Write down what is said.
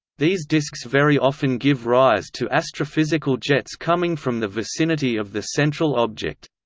these disks very often give rise to astrophysical jets coming from the vicinity of the central object.